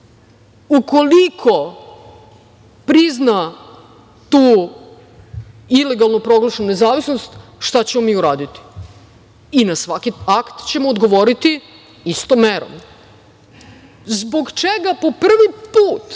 ukoliko prizna tu ilegalno proglašenu nezavisnost šta ćemo mi uraditi. I na svaki akt ćemo odgovoriti istom merom. Zbog čega po prvi put,